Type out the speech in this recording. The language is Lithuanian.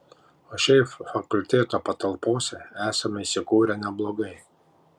o šiaip fakulteto patalpose esame įsikūrę neblogai